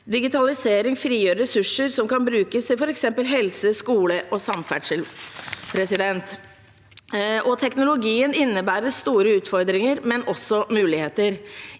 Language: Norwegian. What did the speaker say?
Digitalisering frigjør ressurser som kan brukes i f.eks. helse, skole og samferdsel. Teknologien innebærer store utfordringer, men også muligheter.